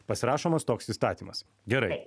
pasirašomas toks įstatymas gerai